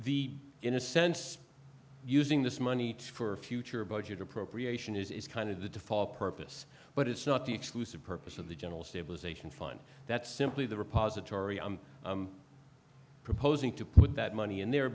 the in a sense using this money for future budget appropriation is kind of the default purpose but it's not the exclusive purpose of the general stabilization fund that's simply the repository i'm proposing to put that money in there